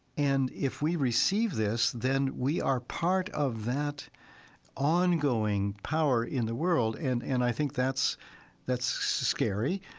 and if we receive this, then we are part of that ongoing power in the world. and and i think that's that's scary.